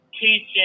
teaching